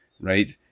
right